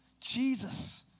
Jesus